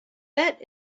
bet